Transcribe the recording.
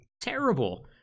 terrible